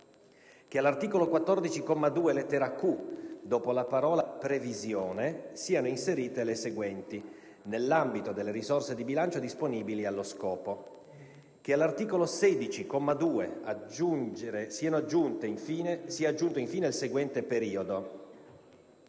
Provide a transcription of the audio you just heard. che all'articolo 14, comma 2, lettera *q)*, dopo la parola: "previsione" siano inserite le seguenti: "nell'ambito delle risorse di bilancio disponibili allo scopo"; - che all'articolo 16, comma 2, sia aggiunto in fine il seguente periodo: